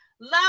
Love